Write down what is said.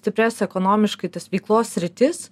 stiprias ekonomiškai tas veiklos sritis